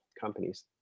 companies